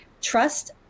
Trust